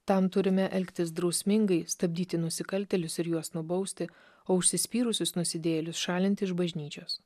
tam turime elgtis drausmingai stabdyti nusikaltėlius ir juos nubausti o užsispyrusius nusidėjėlius šalinti iš bažnyčios